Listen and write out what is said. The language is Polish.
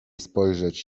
spojrzeć